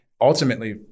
ultimately